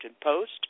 Post